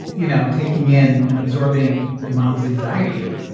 you know, taking in and absorbing your mom's anxiety.